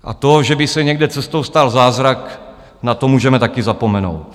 A to, že by se někde cestou stal zázrak, na to můžeme taky zapomenout.